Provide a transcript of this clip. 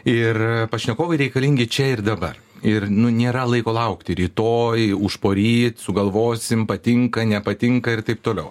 ir pašnekovai reikalingi čia ir dabar ir nu nėra laiko laukti rytoj užporyt sugalvosim patinka nepatinka ir taip toliau